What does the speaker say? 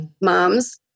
moms